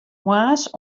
moarns